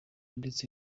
ndetse